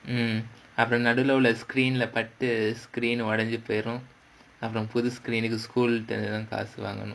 um அப்போ நடுவுல உள்ள:appo naduvula ulla screen leh பட்டு:pattu screen ஒடஞ்சு போய்டும் அப்புறம் புது:odanchi poyidum appuram pudhu screen கு:ku school தான் காசு வாங்கணும்:thaan kaasu vaanganum